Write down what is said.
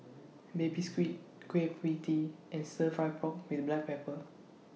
Baby Squid Kueh PIE Tee and Stir Fry Pork with Black Pepper